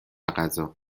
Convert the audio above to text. غذا